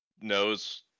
knows